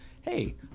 hey